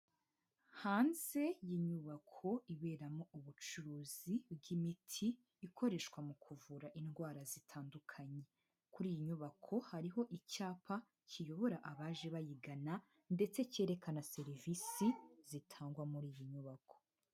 Hanze y'inyubako iberamo ubucuruzi bw'imiti ikoreshwa mu kuvura indwara zitandukanye, kuri iyi nyubako hariho icyapa kiyobora abaje bayigana ndetse cyerekana serivisi zitangwa muri iyi nyubako.